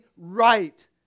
right